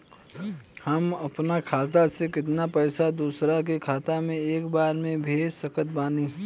हम अपना खाता से केतना पैसा दोसरा के खाता मे एक बार मे भेज सकत बानी?